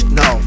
no